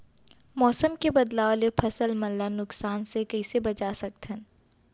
मौसम के बदलाव ले फसल मन ला नुकसान से कइसे बचा सकथन?